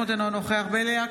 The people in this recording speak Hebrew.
אינו נוכח ואליד אלהואשלה,